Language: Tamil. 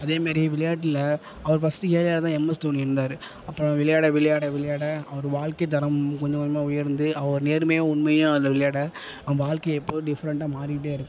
அதேமாரி விளையாட்டில அவர் ஃபஸ்ட் ஏழையாதான் எம்எஸ் தோனி இருந்தார் அப்புறம் விளையாட விளையாட விளையாட அவர் வாழ்க்கைத்தரம் கொஞ்ச கொஞ்சமாக உயர்ந்து அவர் நேர்மையாக உண்மையாக அதில் விளையாட அவன் வாழ்க்கையே இப்போது டிஃப்ரெண்டாக மாறிக்கிட்டே இருக்குது